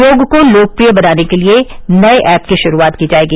योग को लोकप्रिय बनाने के लिए नए ऐप की शुरूआत की जाएगी